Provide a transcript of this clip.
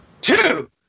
two